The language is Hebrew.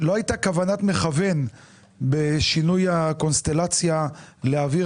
שלא הייתה כוונת מכוון בשינוי הקונסטלציה להעביר